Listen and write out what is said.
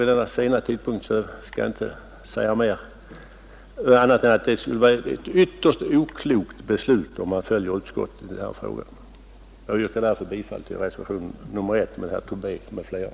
Vid denna sena tidpunkt skall jag inte säga något ytterligare än att det skulle vara ett ytterst oklokt beslut att i denna fråga följa utskottets hemställan. Jag yrkar därför bifall till reservationen 1 av herr Tobé m.fl.